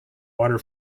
water